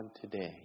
today